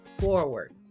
forward